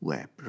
Web